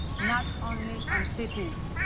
not only on cities.